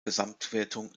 gesamtwertung